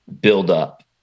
buildup